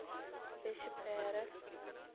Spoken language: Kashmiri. بیٚیہِ چھُ پیرَس